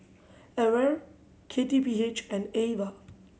AWARE K T P H and Ava